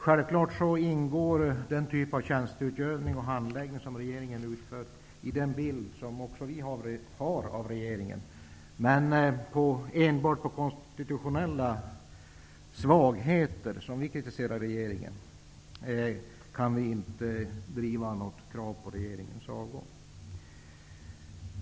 Självklart ingår den typ av tjänsteutövning och handläggning som regeringen utför i den bild som vi också har av regeringen. Men enbart på grund av de konstitutionella svagheter som vi kritiserar regeringen för kan vi inte driva något krav på regeringens avgång.